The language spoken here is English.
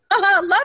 Love